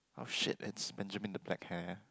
oh shit it's Benjamin the black hair